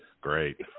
Great